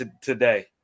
today